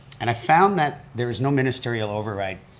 and i found that there's no ministerial override,